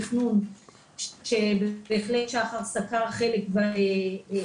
בתכנון שבהחלט שחר סקר חלק --- צריכים